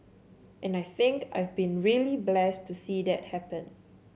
and I think I've been really blessed to see that happen